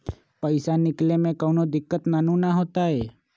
पईसा निकले में कउनो दिक़्क़त नानू न होताई?